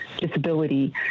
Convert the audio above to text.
disability